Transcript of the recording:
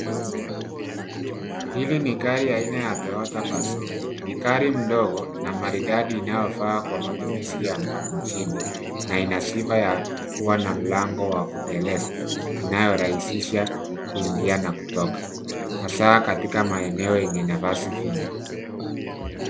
Hili ni gari aina ya Toyota Passo. Ni gari mdogo na maridadi inayofaa kwa matumizi ya mjini, na ina sifa ya kuwa na mlango wa kuteleza, inayorahisisha kuingia na kutoka, hasa katika maeneo yenye nafasi finyo.